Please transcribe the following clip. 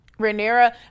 Rhaenyra